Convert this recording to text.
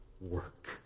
work